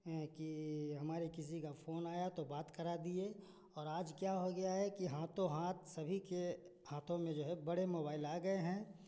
की हमारे किसी का फोन आया तो बात करा दिए और आज क्या हो गया है कि हाथों हाथ सभी के हाथों में जो है बड़े मोबाइल आ गए हैं